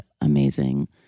amazing